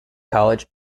college